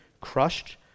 crushed